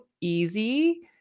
easy